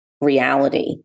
reality